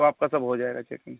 तो आपका सब हो जाएगा चेकिंग